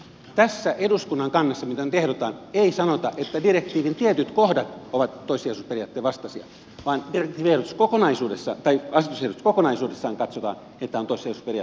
tässä eduskunnan kannassa mitä nyt ehdotetaan ei sanota että direktiivin tietyt kohdat ovat toisilta ja vastasi van der toissijaisuusperiaatteen vastaisia vaan asetusehdotus kokonaisuudessaan katsotaan toissijaisuusperiaatteen vastaiseksi